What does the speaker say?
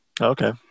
Okay